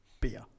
Beer